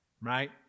Right